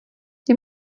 die